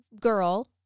girl